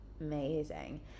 Amazing